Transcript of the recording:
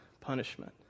punishment